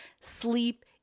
Sleep